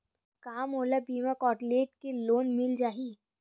का मोला बिना कौंटलीकेट के लोन मिल जाही?